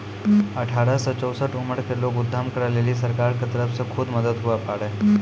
अठारह से चौसठ उमर के लोग उद्यम करै लेली सरकार के तरफ से खुब मदद हुवै पारै